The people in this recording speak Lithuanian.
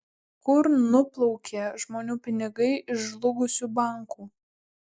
kur nuplaukė žmonių pinigai iš žlugusių bankų